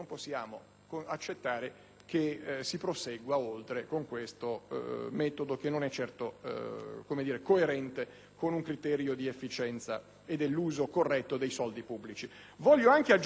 che si prosegua oltre con questo metodo che non è certo coerente con un criterio di efficienza e di uso corretto dei soldi pubblici. È stato detto, inoltre, che